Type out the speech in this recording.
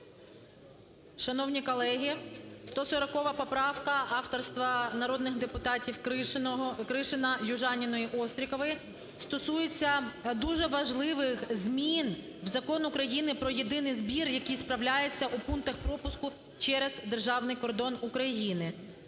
Шановні колеги, 140 поправка авторства народних депутатів Кришина, Южаніної, Острікової стосується дуже важливих змін в Закон України "Про єдиний збір, який справляється у пунктах пропуску через державний кордон України".